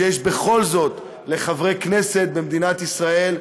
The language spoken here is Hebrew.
שיש בכל זאת לחברי כנסת במדינת ישראל,